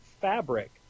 fabric